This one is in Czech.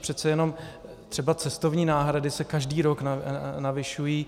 Přece jenom třeba cestovní náhrady se každý rok navyšují.